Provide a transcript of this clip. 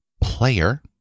player